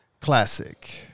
Classic